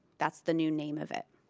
that's the new name of it.